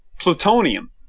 plutonium